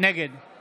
נגד עידן רול,